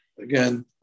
again